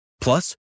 Plus